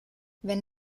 wenn